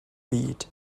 byd